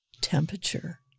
temperature